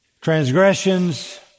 transgressions